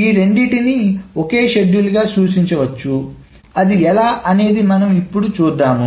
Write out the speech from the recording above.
ఈ రెండింటినీ ఒకే షెడ్యూల్ గా సూచించవచ్చు అది ఎలా అనేది మనం ఇప్పుడు చూద్దాము